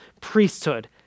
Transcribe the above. priesthood